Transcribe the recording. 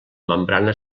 membrana